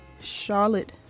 charlotte